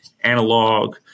analog